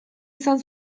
izan